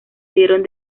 vieron